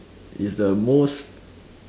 is the most